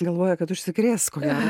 galvoja kad užsikrės ko gero